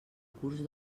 curs